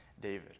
David